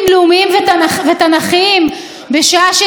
וכי מדובר בגזל כבשת הרש.